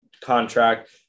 contract